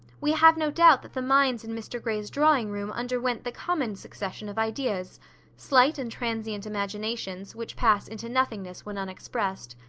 we have no doubt that the minds in mr grey's drawing-room underwent the common succession of ideas slight and transient imaginations, which pass into nothingness when unexpressed.